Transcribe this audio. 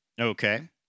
Okay